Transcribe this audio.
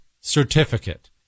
Certificate